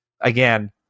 again